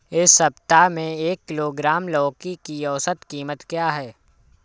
इस सप्ताह में एक किलोग्राम लौकी की औसत कीमत क्या है?